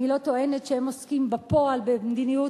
אני לא טוענת שהם עוסקים בפועל במדיניות